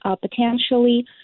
potentially